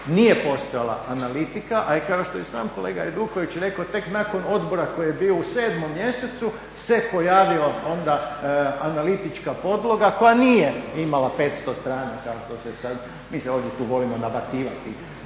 nije … analitika, a i kao što je sam kolega Hajduković rekao, tek nakon odbora koji je bio u 7. mjesecu se pojavio onda analitička podloga koja nije imala 500 stranica, … /Govornik se ne čuje./ … ona ima